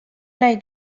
nahi